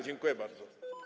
Dziękuję bardzo.